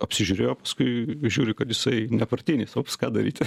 apsižiūrėjo paskui žiūri kad jisai nepartinis o ką daryt